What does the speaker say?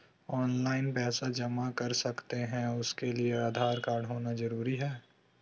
Online पैसा जमा कर सकते हैं उसके लिए आधार कार्ड होना जरूरी है?